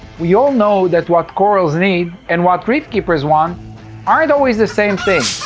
we all know that what corals need and what reefkeepers want aren't always the same thing.